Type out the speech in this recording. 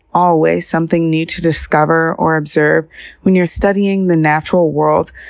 always something new to discover or observe when you're studying the natural world.